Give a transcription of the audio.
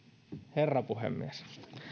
herra puhemies